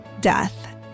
death